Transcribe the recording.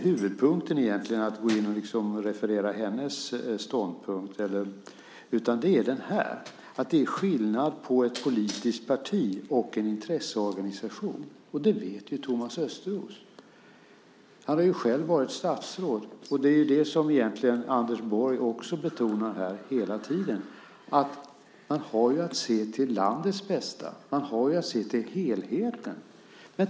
Huvudpunkten är egentligen inte att gå in här och liksom referera hennes ståndpunkt, utan huvudpunkten är att det är skillnad mellan ett politiskt parti och en intresseorganisation. Det vet Thomas Östros. Han har själv varit statsråd. Vad Anders Borg här också hela tiden betonar är att man har att se till landets bästa, att man har att se till helheten.